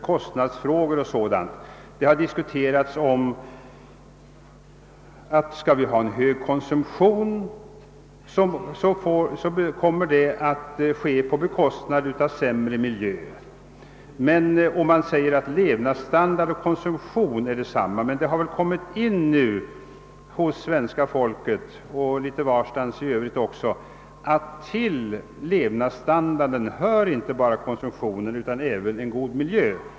I den allmänna diskussionen har ifrågasatts, om vi skall sträva efter en hög konsumtion även om detta går ut över miljön. Hög levnadsstandard och hög konsumtion har länge betraktats som samma sak. Det har emellertid börjat gå upp för svenska folket att till levnadsstandarden hör inte bara konsumtionen utan även en god miljö.